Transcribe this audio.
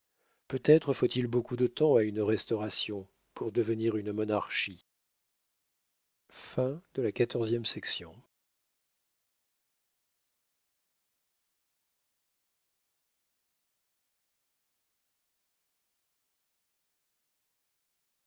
peut-être faut-il beaucoup de temps à une restauration pour devenir une monarchie